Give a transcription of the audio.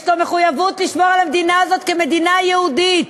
יש לו מחויבות לשמור על המדינה הזאת כמדינה יהודית,